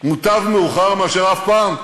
מוטב מאוחר מאשר אף פעם.